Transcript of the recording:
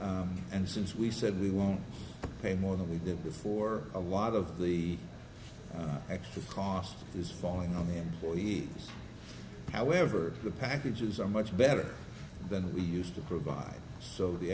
provide and since we said we won't pay more than we did before a lot of the extra cost is falling on the employees however the packages are much better than we used to provide so the